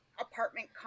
apartment